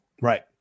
right